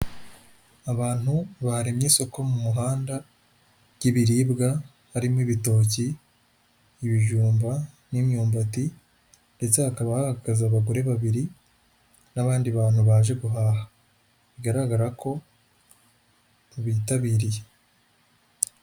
Abantu baremye isoko mu muhanda ry'ibiribwa harimo ibitoki, ibijumba n'imyumbati ndetse hakaba hahagaze bagore babiri n'abandi bantu baje guhaha bigaragara ko bitabiriye.